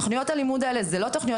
תוכניות הלימוד האלה הן לא תוכניות